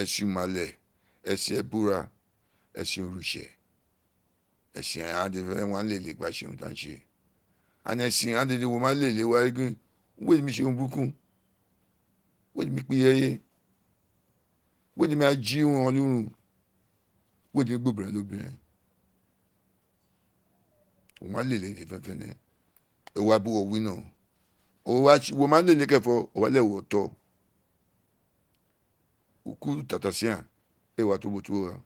Esi umàlè ẹsi ébúrá ẹsi oritse ẹsi gháàn dédè fénéfé owun áà lèlè gbẹ tse urun gháàn dèdè tí agháàntse ẹsi gháàn dede wo ma lélè wo wa ri gin we nemí tse urun buru kùn we gbe kpi irẹye ẹwe nẽmì re gba ji urun o̱ lu ran we gbe obirẹn ọ lo birẹn wo ma lèlè dede fénèfénè o wa bu uwo winõron wo ma lèlè kérèn fo o wa leghe uwo tọ uku tatasinán éè wa to ubo tí uwo gháà